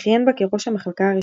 וכיהן בה כראש המחלקה הראשון.